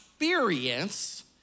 experience